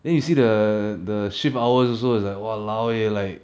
then you see the the shift hours also it's like !walao! eh like